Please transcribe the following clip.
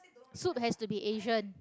soup has to be Asian